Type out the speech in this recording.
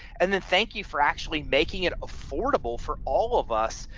and then thank you for actually making it affordable for all of us.